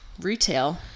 Retail